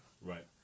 right